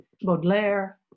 Baudelaire